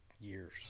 years